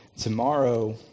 Tomorrow